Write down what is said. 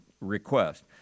request